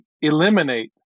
eliminate